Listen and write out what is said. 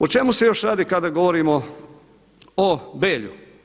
O čemu se još radi kada govorimo o Belju?